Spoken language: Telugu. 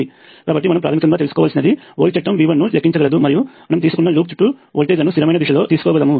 కాబట్టి ప్రాథమికంగా మనం తెలుసుకోవలసినది వోల్ట్ చట్టం V1 ను లెక్కించగలదు మరియు మనం తీసుకున్న లూప్ చుట్టూ వోల్టేజ్లను స్థిరమైన దిశలో తీసుకోగలము